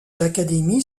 l’académie